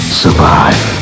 survive